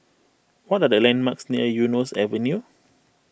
what are the landmarks near Eunos Avenue